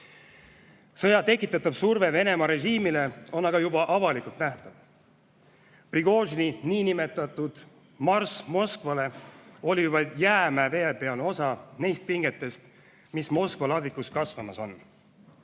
tekitatav surve Venemaa režiimile on aga juba avalikult nähtav. Prigožini niinimetatud marss Moskvale oli ju vaid jäämäe veepealne osa neist pingetest, mis Moskva ladvikus kasvamas on.